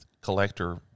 collector